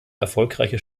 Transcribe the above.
erfolgreiche